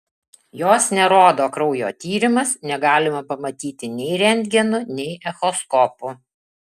jos nerodo kraujo tyrimas negalima pamatyti nei rentgenu nei echoskopu